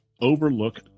overlook